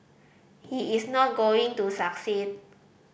he is not going to succeed